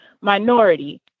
minority